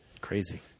Crazy